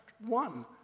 one